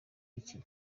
iki